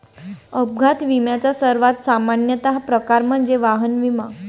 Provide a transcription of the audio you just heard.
अपघात विम्याचा सर्वात सामान्य प्रकार म्हणजे वाहन विमा